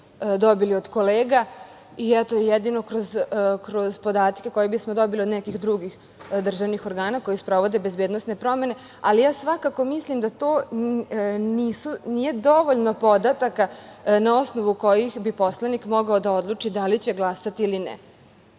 dobili od kolega. Eto, jedino kroz podatke koje bismo dobili od nekih drugih državnih organa koji sprovode bezbednosne promene. Svakako mislim da to nije dovoljno podataka na osnovu kojih bi poslanik mogao da odluči da li će glasati ili ne.